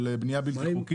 של בנייה בלתי חוקית,